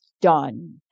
done